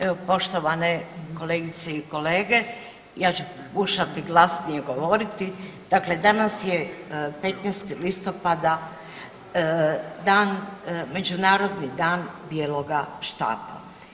Evo poštovane kolegice i kolege ja ću pokušati glasnije govoriti, dakle danas je 15. listopada dan, Međunarodni dan bijeloga štapa.